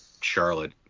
Charlotte